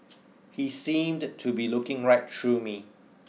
he seemed to be looking right through me